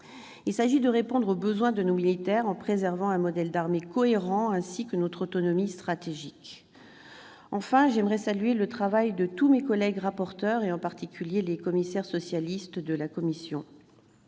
Il s'agit de répondre aux besoins de nos militaires, en préservant un modèle d'armée cohérent, ainsi que notre autonomie stratégique. Enfin, j'aimerais saluer le travail des différents rapporteurs, ainsi que celui de mes collègues socialistes de la commission